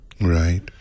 Right